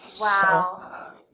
Wow